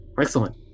Excellent